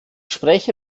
spreche